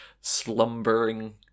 slumbering